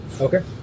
Okay